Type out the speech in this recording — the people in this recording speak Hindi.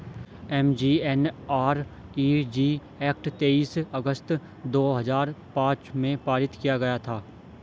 एम.जी.एन.आर.इ.जी एक्ट तेईस अगस्त दो हजार पांच में पारित किया गया था